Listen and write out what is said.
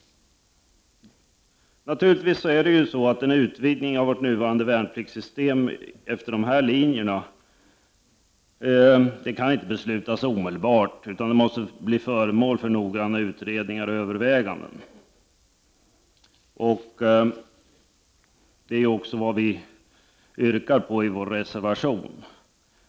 Naturligtvis går det inte att omedelbart besluta om en utvidgning av vårt nuvarande värnpliktssystem efter dessa linjer. Det måste bli föremål för utredningar och noga överväganden. Det är också vad vi i miljöpartiet yrkar i vår reservation.